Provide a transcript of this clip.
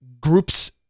groups